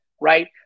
Right